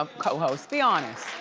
um cohosts, be honest.